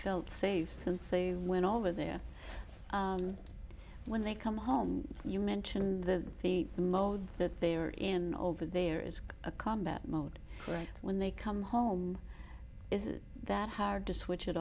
felt safe since they went over there when they come home you mentioned the the the mode that they are in over there is a combat mode right when they come home is that hard to switch it